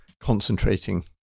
concentrating